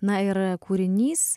na ir kūrinys